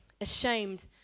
ashamed